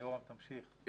יורם, תמשיך.